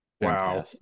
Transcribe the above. Wow